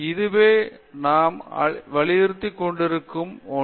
இதுவே நாம் வலியுறுத்திக் கொண்டிருக்கும் ஒன்று